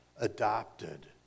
Adopted